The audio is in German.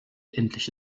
endlich